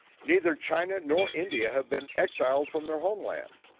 neither china nor india have been exiled from their homeland.